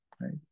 right